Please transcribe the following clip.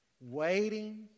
waiting